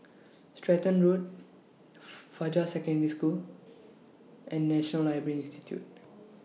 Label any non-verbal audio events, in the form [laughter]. [noise] Stratton Road [noise] Fajar Secondary School and National Library Institute